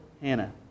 Hannah